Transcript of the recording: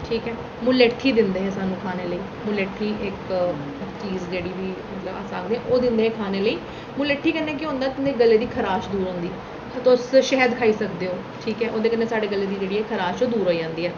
ठीक ऐ मलट्ठी दिंदे हे स्हान्नूं खाने लेई मुलट्ठी इक चीज जेह्ड़ी ही मतलब ओह् दिंदे हे खाने लेई मुलट्ठी कन्नै केह् होंदा तुंदे गलै गी खराश निं होंदी तुस शैह्द खाई सकदे ओ ठीक ऐ ओह्दे कन्नै साढ़े गले दी जेह्ड़ी ऐ खराश ओह् दूर होई जंदी ऐ